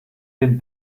den